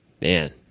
man